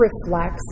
reflects